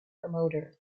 promoter